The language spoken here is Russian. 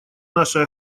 нашей